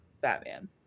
Batman